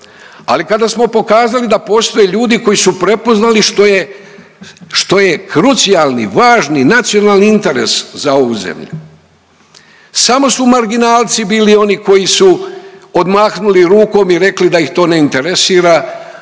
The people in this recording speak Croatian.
ali kada samo pokazali da postoje ljudi koji su prepoznali što je, što je krucijalni, važni, nacionalni interes za ovu zemlju. Samo su marginalci bili oni koji su odmahnuli rukom i rekli da ih to ne interesira